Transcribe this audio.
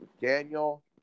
Daniel